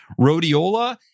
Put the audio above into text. rhodiola